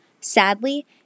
Sadly